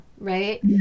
right